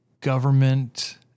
government